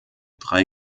drei